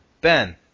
Ben